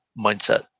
mindset